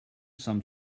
some